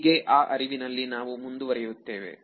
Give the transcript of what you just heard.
ಹೀಗೆ ಆ ಅರಿವಿನಲ್ಲಿ ನಾವು ಮುಂದುವರೆಯುತ್ತೇವೆ